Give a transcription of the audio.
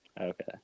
Okay